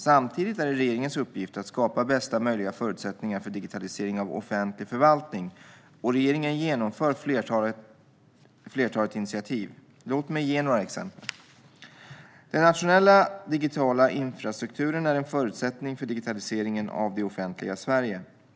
Samtidigt är det regeringens uppgift att skapa bästa möjliga förutsättningar för digitalisering av offentlig förvaltning, och regeringen genomför ett flertal initiativ. Låt mig ge några exempel. Den nationella digitala infrastrukturen är en förutsättning för digitaliseringen av det offentliga Sverige.